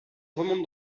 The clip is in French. remonte